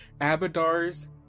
abadar's